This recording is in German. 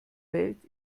welt